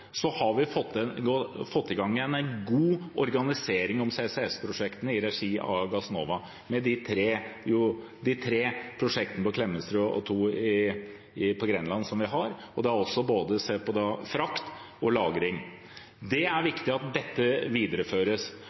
har vi fått i gang en god organisering av CCS-prosjektene i regi av Gassnova, med de tre prosjektene som vi har, et på Klemetsrud og to på Grenland, der man ser på frakt og lagring. Det er viktig at dette videreføres. I samtalene og forhandlingene vi har hatt, er vi tilfreds med at